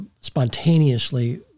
spontaneously